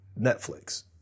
Netflix